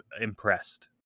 impressed